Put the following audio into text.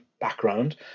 background